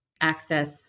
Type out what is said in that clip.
access